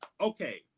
Okay